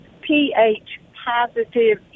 PH-positive